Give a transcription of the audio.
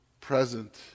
present